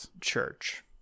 Church